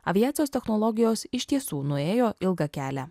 aviacijos technologijos iš tiesų nuėjo ilgą kelią